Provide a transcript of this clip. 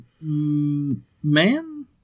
man